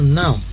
now